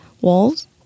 walls